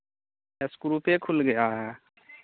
स्क्रूपे खुल गया है